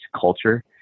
culture